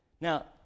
Now